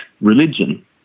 religion